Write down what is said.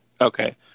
Okay